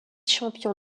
champion